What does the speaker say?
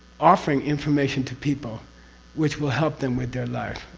offering information to people which will help them with their lives,